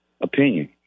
opinion